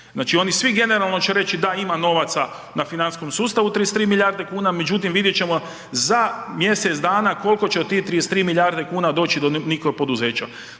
Znači, oni svi generalno će reći da ima novaca na financijskom sustavu, 33 milijarde kuna. Međutim, vidjet ćemo za mjesec dana kolko će od tih 33 milijarde kuna doći do nekog poduzeća.